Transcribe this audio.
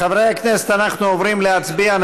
חברי הכנסת, אנחנו עוברים להצביע.